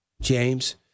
James